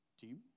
team